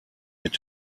mit